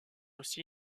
aussi